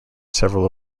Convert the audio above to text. several